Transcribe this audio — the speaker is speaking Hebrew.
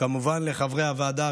וכמובן לחברי הוועדה,